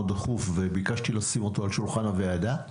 דחוף וביקשתי לשים אותו על שולחן הוועדה.